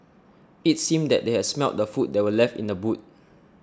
it seemed that they had smelt the food that were left in the boot